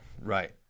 right